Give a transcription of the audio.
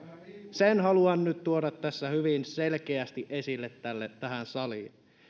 sen haluan nyt tuoda tässä hyvin selkeästi esille tähän saliin